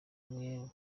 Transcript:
umwe